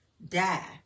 die